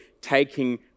taking